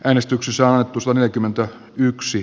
äänestyksessä osuu neljäkymmentä yksi